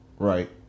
Right